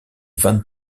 vingt